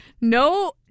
No